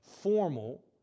formal